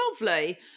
lovely